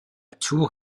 tour